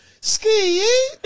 Ski